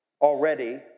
already